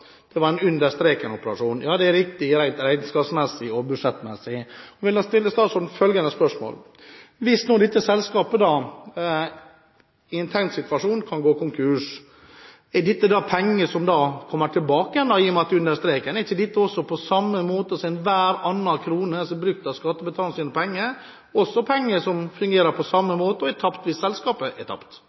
var en «under streken»-operasjon. Ja, det er riktig rent regnskapsmessig og budsjettmessig, men da vil jeg stille statsråden følgende spørsmål: Hvis dette selskapet i en tenkt situasjon kan gå konkurs, er dette penger som da kommer tilbake, i og med at det er «under streken»? Er ikke dette også – på samme måte som enhver annen krone brukt av skattebetalernes penger – penger som fungerer på samme måte, og er tapt hvis selskapet er tapt?